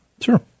Sure